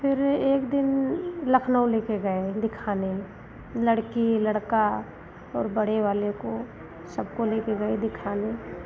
फिर एक दिन लखनऊ लेकर गए दिखने लड़की लड़का और बड़े वाले को सबको लेकर गए दिखाने